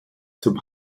zum